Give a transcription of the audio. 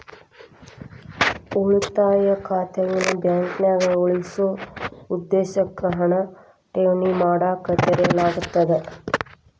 ಉಳಿತಾಯ ಖಾತೆನ ಬಾಂಕ್ನ್ಯಾಗ ಉಳಿಸೊ ಉದ್ದೇಶಕ್ಕ ಹಣನ ಠೇವಣಿ ಮಾಡಕ ತೆರೆಯಲಾಗ್ತದ